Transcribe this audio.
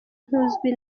ntuzwi